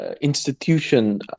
institution